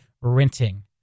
renting